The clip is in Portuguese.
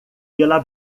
pela